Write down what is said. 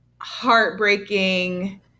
heartbreaking